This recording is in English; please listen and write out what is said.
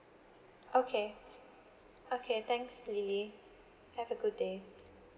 okay okay thanks lily have a good day